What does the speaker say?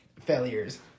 failures